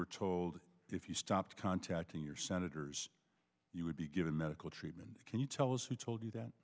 were told if you stop contacting your senators you would be given medical treatment can you tell us who told you that